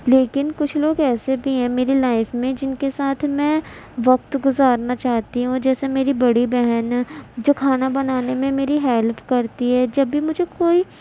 لیکن کچھ لوگ ایسے بھی ہے میری لائف میں جن کے ساتھ میں وقت گزارنا چاہتی ہوں جیسے میری بڑی بہن ہے جو کھانا بنانے میں میری ہیلپ کرتی ہے جب بھی مجھے کوئی